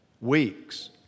weeks